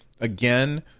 Again